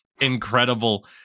incredible